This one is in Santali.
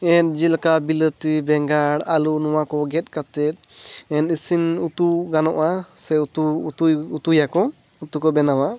ᱡᱮᱞᱮᱠᱟ ᱵᱤᱞᱟᱹᱛᱤ ᱵᱮᱸᱜᱟᱲ ᱟᱹᱞᱩ ᱱᱚᱣᱟ ᱠᱚ ᱜᱮᱫ ᱠᱟᱛᱮᱫ ᱤᱥᱤᱱ ᱩᱛᱩ ᱜᱟᱱᱚᱜᱼᱟ ᱥᱮ ᱩᱛᱩ ᱩᱛᱩᱭ ᱩᱛᱩᱭᱟᱠᱚ ᱩᱛᱩ ᱠᱚ ᱵᱮᱱᱟᱣᱟ